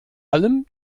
allem